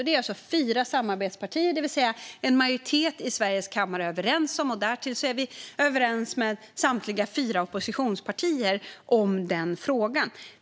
Det är fyra samarbetspartier, en majoritet i riksdagens kammare, överens om. Därtill är vi överens med samtliga fyra oppositionspartier om den frågan.